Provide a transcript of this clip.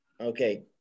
Okay